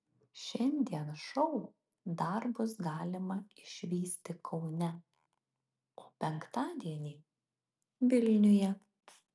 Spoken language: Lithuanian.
šiandien šou dar bus galima išvysti kaune o penktadienį vilniuje